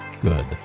Good